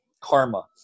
karma